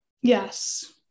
Yes